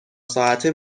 ساعته